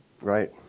Right